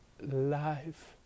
life